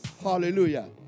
Hallelujah